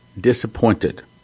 disappointed